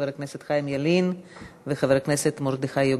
חבר הכנסת חיים ילין וחבר הכנסת מרדכי יוגב.